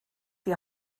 die